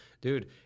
dude